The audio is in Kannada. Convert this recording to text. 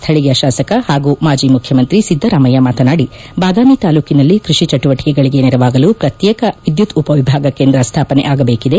ಸ್ಥಳೀಯ ಶಾಸಕ ಹಾಗೂ ಮಾಜಿ ಮುಖ್ಯಮಂತ್ರಿ ಸಿದ್ದರಾಮಯ್ತ ಮಾತನಾಡಿ ಬಾದಾಮಿ ತಾಲೂಕಿನಲ್ಲಿ ಕೃಷಿ ಚಟುವಟಿಕೆಗಳಿಗೆ ನೆರವಾಗಲು ಪ್ರತ್ಯೇಕ ವಿದ್ಯುತ್ ಉಪವಿಭಾಗ ಕೇಂದ್ರ ಸ್ಥಾಪನೆ ಆಗಬೇಕಿದೆ